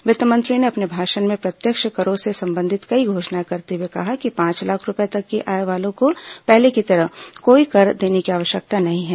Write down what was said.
वित्तमंत्री ने अपने भाषण में प्रत्यक्ष करों से संबंधित कई घोषणाएं करते हुए कहा कि पांच लाख रूपये तक की आय वालों को पहले की तरह कोई कर देने की आवश्यकता नहीं है